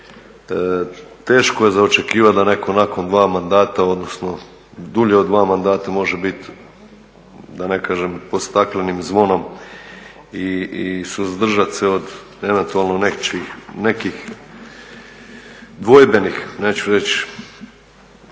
teško je za očekivati da netko nakon dva mandata, odnosno dulje od dva mandata može biti da ne kažem pod staklenim zvonom i suzdržati se od eventualno nekih dvojbenih, neću reći